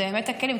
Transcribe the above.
אלה באמת הכלים.